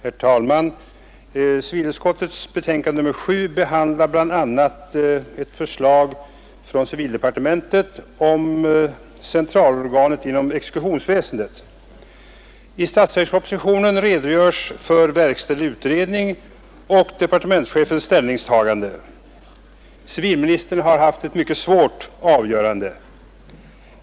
Herr talman! Civilutskottets betänkande nr 7 behandlar bl.a. ett förslag från civildepartementet om centralorgan inom exekutionsväsendet. I statsverkspropositionen redogörs för verkställd utredning och departementschefens ställningstagande. Civilministern har stått inför ett mycket svårt avgörande.